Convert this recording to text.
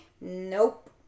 Nope